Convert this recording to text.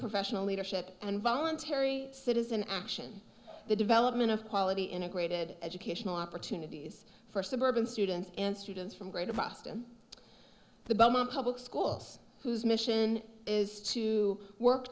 professional leadership and voluntary citizen action the development of quality integrated educational opportunities for suburban students and students from great of boston the bummer public schools whose mission is to work